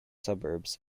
suburbs